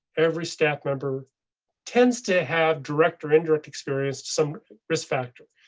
every staff member tends to have direct or indirect experienced some risk factor.